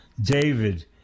David